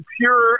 pure